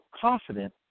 confident